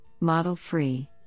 model-free